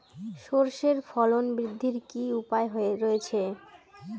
সর্ষের ফলন বৃদ্ধির কি উপায় রয়েছে?